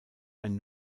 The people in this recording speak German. ein